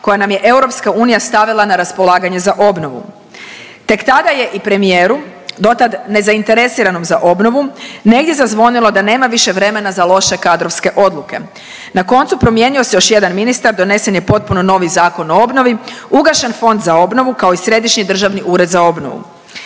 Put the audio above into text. koja nam je EU stavila na raspolaganje za obnovu. Tek tada je i premijeru, dotad nezainteresiranom za obnovu, negdje zazvonilo da nema više vremena za loše kadrovske odluke. Na koncu promijenio se još jedan ministar, donesen je potpuno novi Zakon o obnovi, ugašen Fond za obnovu, kao i Središnji državni ured za obnovu.